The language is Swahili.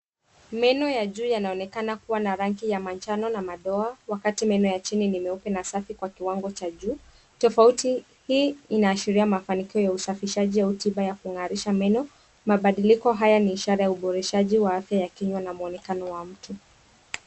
Meno ya juu yanaonekana kuwa na rangi ya manjano na madoa wakati meno ya chini ni masafi na meupe kwa kiwango cha juu. Tofauti hii inaashiria mafanikio ya usafishaji au tiba ya kung'arisha meno. Mabadiliko haya `ni ishara ya uboreshaji wa afya ya kinywa na mwonekano wa mtu.